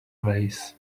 vase